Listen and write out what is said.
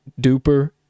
duper